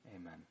Amen